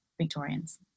Victorians